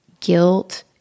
guilt